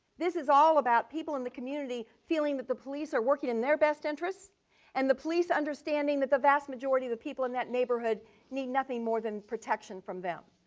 this is all about people in the community feeling that the police are working in their best interest and the police understanding that the vast majority of the people in that neighborhood need nothing more than protection from them.